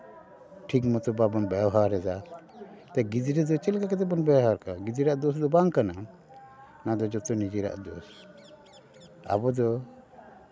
ᱴᱷᱤᱠ ᱢᱚᱛᱚ ᱵᱟᱵᱚᱱ ᱵᱮᱣᱦᱟᱨ ᱮᱫᱟ ᱜᱤᱫᱽᱨᱟᱹ ᱫᱚ ᱪᱮᱫ ᱞᱮᱠᱟ ᱠᱟᱛᱮᱫ ᱵᱚᱱ ᱵᱮᱣᱦᱟᱨ ᱠᱚᱣᱟ ᱜᱤᱫᱽᱨᱟᱹ ᱟᱜ ᱫᱳᱥ ᱫᱚ ᱵᱟᱝ ᱠᱟᱱᱟ ᱚᱱᱟᱫᱚ ᱡᱚᱛᱚ ᱱᱤᱡᱮᱨᱟᱜ ᱫᱳᱥ ᱟᱵᱚᱫᱚ